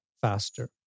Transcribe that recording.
faster